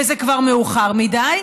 וזה כבר מאוחר מדי,